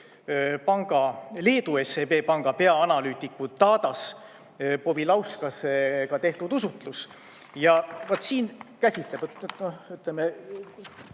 Panga, Leedu SEB panga peaanalüütiku Tadas Povilauskase tehtud usutlus. Ja vaat siin käsitleb, ütleme,